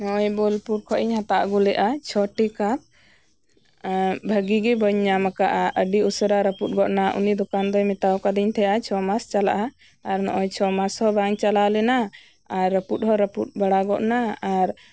ᱱᱚᱜᱚᱭ ᱵᱳᱞᱯᱩᱨ ᱠᱷᱚᱱ ᱤᱧ ᱦᱟᱛᱟᱣ ᱟᱹᱜᱩ ᱞᱮᱫᱟ ᱪᱷᱚᱴᱤ ᱠᱟᱯ ᱵᱷᱟᱹᱜᱤ ᱜᱤ ᱵᱟᱹᱧ ᱧᱟᱢ ᱟᱠᱟᱫᱟ ᱟᱹᱰᱤ ᱩᱥᱟᱹᱨᱟ ᱨᱟᱹᱯᱩᱛ ᱜᱚᱫᱽᱱᱟ ᱩᱱᱤ ᱫᱚᱠᱟᱱ ᱫᱚᱭ ᱢᱮᱛᱟᱣ ᱟᱠᱟᱫᱤᱧ ᱛᱟᱦᱮᱸᱜᱼᱟ ᱪᱷᱚᱢᱟᱥ ᱪᱟᱞᱟᱜᱼᱟ ᱟᱨ ᱱᱚᱜᱚᱭ ᱪᱷᱚᱢᱟᱥ ᱦᱚᱸ ᱵᱟᱝ ᱪᱟᱞᱟᱣ ᱞᱮᱱᱟ ᱟᱨ ᱨᱟᱹᱯᱩᱛ ᱦᱚᱸ ᱨᱟᱹᱯᱩᱛ ᱵᱟᱲᱟᱜᱚᱫᱱᱟ ᱟᱨ